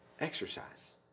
Exercise